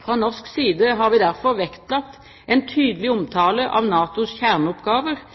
Fra norsk side har vi derfor vektlagt en tydelig omtale av NATOs kjerneoppgaver